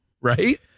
right